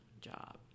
job